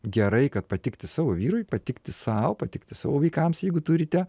gerai kad patikti savo vyrui patikti sau patikti savo vaikams jeigu turite